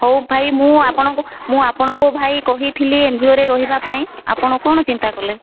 ହଉ ଭାଇ ମୁଁ ଆପଣଙ୍କୁ ମୁଁ ଆପଣଙ୍କୁ ଭାଇ କହିଥିଲି ଏନ୍ଜିଓରେ ରହିବା ପାଇଁ ଆପଣ କ'ଣ ଚିନ୍ତା କଲେ